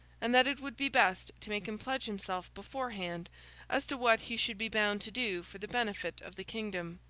and that it would be best to make him pledge himself beforehand as to what he should be bound to do for the benefit of the kingdom.